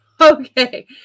Okay